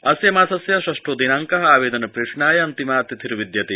अस्य मासस्य षष्ठो दिनांकः आवेदन प्रेषणाय अन्तिमा तिथिर्विद्यते